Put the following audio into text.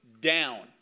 down